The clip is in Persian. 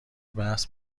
بحث